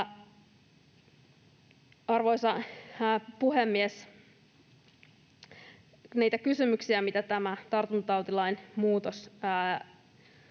Arvoisa puhemies! Niitä kysymyksiä, mitä tämä tartuntatautilain muutos aiheuttaa: